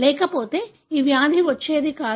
లేకపోతే ఈ వ్యాధి వచ్చేది కాదు